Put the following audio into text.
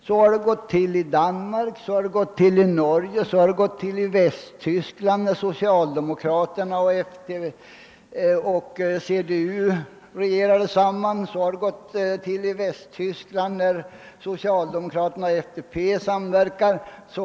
Så har det gått till i Danmark, så har det gått till i Norge, så gick det till i Västtyskland när socialdemokraterna och CDU regerade tillsammans och så gick det till i Västtyskland när socialdemokraterna och FDP samverkade.